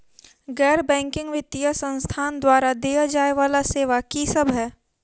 गैर बैंकिंग वित्तीय संस्थान द्वारा देय जाए वला सेवा की सब है?